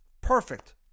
Perfect